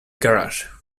garage